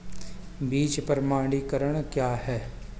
बीज प्रमाणीकरण क्या है?